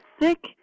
thick